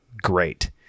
great